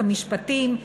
המשפטים,